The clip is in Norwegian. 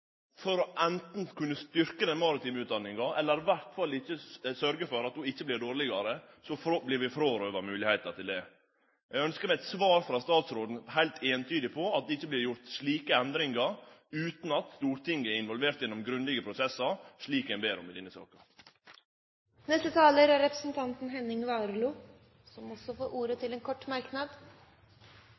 å setje det på dagsordenen for anten å kunne styrkje den maritime utdanninga eller iallfall sørgje for at ho ikkje vert dårlegare, vert vi frårøva moglegheita til det. Eg ønskjer meg eit heilt eintydig svar frå statsråden her, at det ikkje vert gjort slike endringar utan at Stortinget er involvert gjennom grundige prosessar, slik ein ber om i denne saka. Henning Warloe har hatt ordet to ganger og får ordet til en kort merknad,